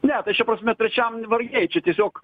ne tai šia prasme trečiam vargiai čia tiesiog